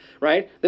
right